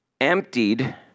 Emptied